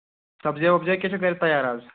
سبزِیٛا وَبزِیا کیٛاہ چھُ گرِ تَیار حظ